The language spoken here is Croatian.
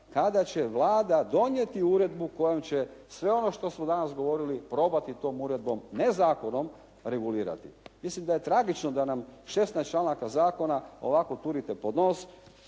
kada će Vlada donijeti uredbu kojom će sve ono što smo danas govorili probati tom uredbom ne zakonom regulirati. Mislim da je tragično da nam 16 članova zakona ovako turite pod nos,